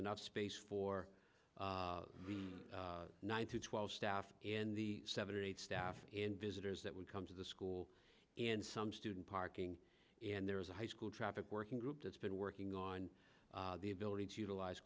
enough space for nine to twelve staff in the seven or eight staff in visitors that would come to the school and some student parking and there is a high school traffic working group that's been working on the ability to utilize